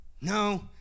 no